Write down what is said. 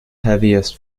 heaviest